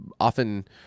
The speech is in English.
often